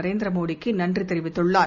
நரேந்திரமோடிக்குநன்றிதெரிவித்துள்ளார்